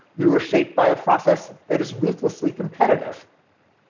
we were shaped by a process that is ruthlessly competitive.